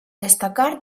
destacar